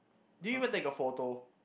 do you even take a photo